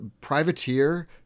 privateer